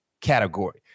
category